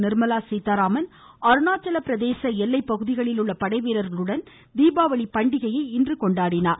நிர்மலா சீதாராமன் அருணாச்சலப்பிரதேச எல்லை பகுதிகளில் உள்ள படைவீரர்களுடன் தீபாவளி பண்டிகையை கொண்டாடினார்